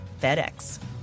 FedEx